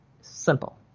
Simple